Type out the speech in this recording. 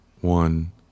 one